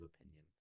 opinion